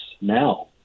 now